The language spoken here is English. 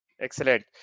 Excellent